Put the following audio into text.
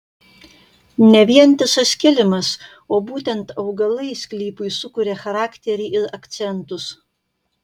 ne vientisas kilimas o būtent augalai sklypui sukuria charakterį ir akcentus